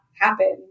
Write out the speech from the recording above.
happen